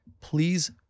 please